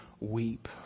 weep